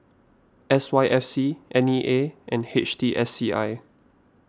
S Y F C N E A and H T S C I